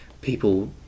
people